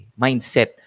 Mindset